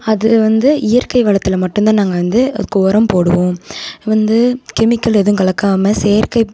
அது வந்து இயற்கை வளத்தில் மட்டும் தான் நாங்கள் வந்து அதுக்கு உரம் போடுவோம் வந்து கெமிக்கல் எதுவும் கலக்காமல் செயற்கை